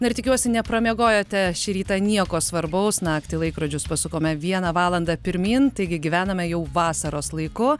na ir tikiuosi nepramiegojote šį rytą nieko svarbaus naktį laikrodžius pasukome viena valanda pirmyn taigi gyvename jau vasaros laiku